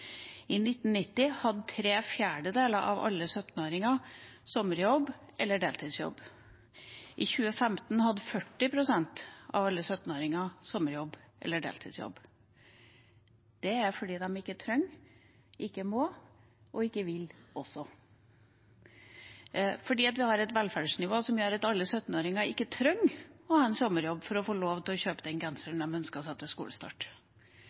I 1990 hadde tre fjerdedeler av alle 17-åringer sommerjobb eller deltidsjobb. I 2015 hadde 40 pst. av alle 17-åringer sommerjobb eller deltidsjobb. Det er – også – fordi de ikke trenger det, ikke må og ikke vil. Vi har et velferdsnivå som gjør at alle 17-åringer ikke trenger å ha en sommerjobb for å kunne kjøpe seg den genseren de ønsker seg til skolestart.